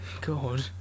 God